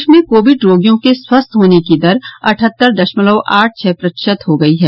देश में कोविड रोगियों के स्वस्थ होने की दर अठहत्तर दशमलव आठ छह प्रतिशत हो गई है